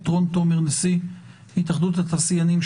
את רון תומר נשיא התאחדות התעשיינים,